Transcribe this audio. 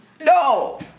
No